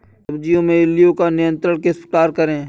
सब्जियों में इल्लियो का नियंत्रण किस प्रकार करें?